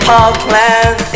Parkland